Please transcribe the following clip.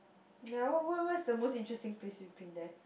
yeah what what what's the most interesting place you've been there